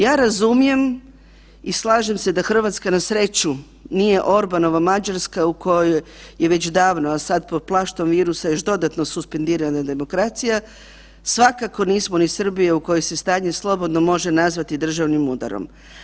Ja razumijem i slažem se da Hrvatska, na sreću nije Orbanova Mađarska u kojoj je već davno, a sad pod plaštom virusa još dodano suspendirana demokracija, svakako nismo ni Srbija u kojoj se stanje slobodno može nazvati državnim udarom.